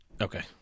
Okay